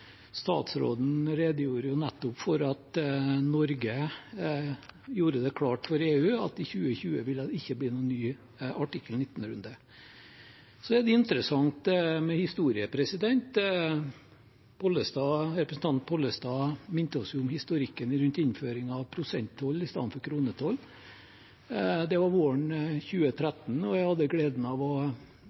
Statsråden redegjorde nettopp for at Norge gjorde det klart for EU at i 2020 ville det ikke bli noen ny artikkel 19-runde. Det er interessant med historien. Representanten Pollestad minnet oss om historikken rundt innføringen av prosenttoll istedenfor kronetoll. Det var våren 2013, og jeg hadde gleden av å